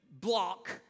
block